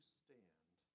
stand